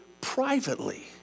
privately